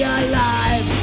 alive